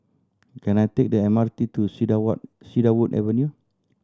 can I take the M R T to Cedarwood Avenue